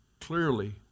clearly